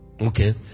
Okay